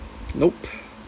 nope